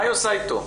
מה עושים איתו?